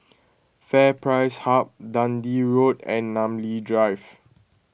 FairPrice Hub Dundee Road and Namly Drive